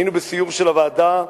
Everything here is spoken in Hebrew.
היינו בסיור של הוועדה,